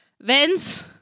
Vince